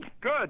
Good